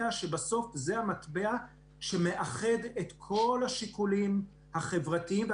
שבסוף מאחד את כל השיקולים החברתיים,